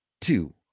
Two